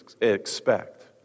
expect